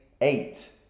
eight